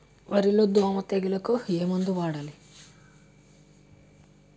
వరిలో దోమ తెగులుకు ఏమందు వాడాలి?